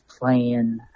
playing